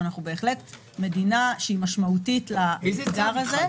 אבל אנחנו בהחלט מדינה שהיא משמעותית לאתגר הזה.